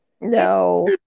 No